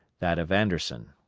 that of anderson.